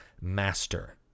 master